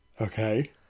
Okay